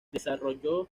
desarrolló